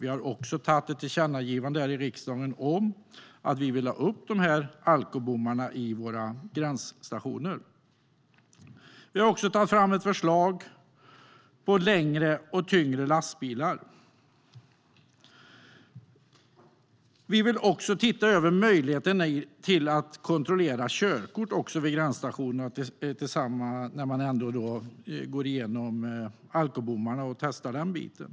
Vi har även lagt fram ett tillkännagivande här i riksdagen om att vi vill få upp alkobommar vid våra gränsstationer. Vi har tagit fram ett förslag om längre och tyngre lastbilar, och vi vill se över möjligheten att kontrollera körkort vid gränsstationerna när man ändå går igenom alkobommar och testar den biten.